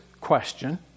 question